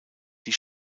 die